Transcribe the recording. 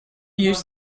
use